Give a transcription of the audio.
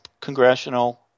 Congressional